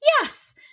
Yes